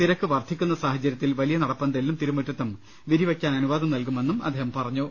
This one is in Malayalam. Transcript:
തിരക്ക് വർദ്ധിക്കുന്ന സാഹചര്യത്തിൽ വലിയ നടപ്പന്ത ലിലും തിരുമുറ്റത്തും വിരി വയ്ക്കാൻ അനുവാദം നൽകുമെന്നും അദ്ദേഹം പറ ഞ്ഞു